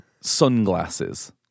Sunglasses